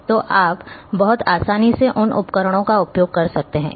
तो आप बहुत आसानी से इन उपकरणों का उपयोग कर सकते हैं